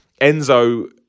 Enzo